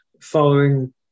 following